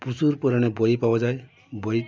প্রচুর পরিমাণে বই পাওয়া যায় বই